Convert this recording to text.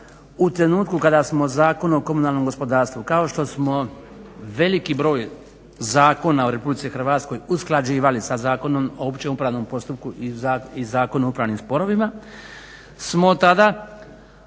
u trenutku kada smo Zakon o komunalnom gospodarstvu, kao što smo veliki broj zakona u Republici Hrvatskoj usklađivali sa Zakonom o općem upravnom postupku i Zakon o upravnim sporovima, smo tada